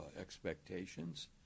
expectations